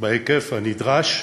בהיקף הנדרש.